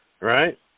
Right